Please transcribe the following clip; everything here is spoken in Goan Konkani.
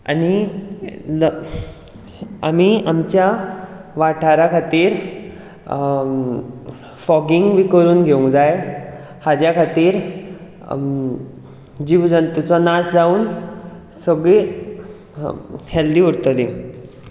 आनी ल आमी आमच्या वाठारा खातीर फॉगींग बी करून घेवंक जाय हाज्या खातीर जीव जंतूंचो नाश जावन सगळीं हॅल्दी उरतलीं